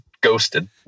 ghosted